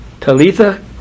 Talitha